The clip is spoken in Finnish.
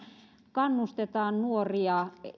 kannustetaan nuoria